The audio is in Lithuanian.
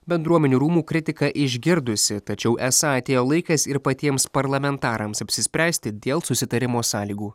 bendruomenių rūmų kritiką išgirdusi tačiau esą atėjo laikas ir patiems parlamentarams apsispręsti dėl susitarimo sąlygų